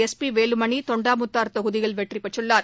S P Velumani Thondamuthur தொகுதியில் வெற்றி பெற்றுள்ளார்